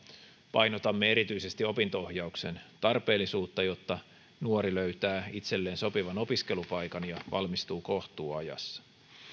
painotamme erityisesti opinto ohjauksen tarpeellisuutta jotta nuori löytää itselleen sopivan opiskelupaikan ja valmistuu kohtuuajassa